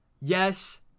Yes